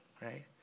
right